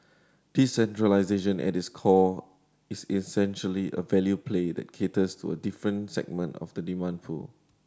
decentralisation at its core is essentially a value play that caters to a different segment of the demand pool